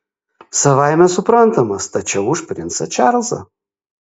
savaime suprantama stačiau už princą čarlzą